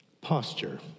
Posture